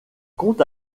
compte